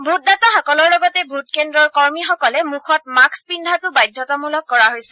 ভোটদতাসকলৰ লগতে ভোটকেন্দ্ৰৰ কৰ্মীসকলে মুখত মাস্থ পিন্ধটো বাধ্যতামূলক কৰা হৈছে